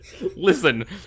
Listen